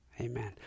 Amen